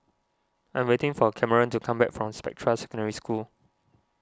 I'm waiting for Cameron to come back from Spectra Secondary School